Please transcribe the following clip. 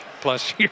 plus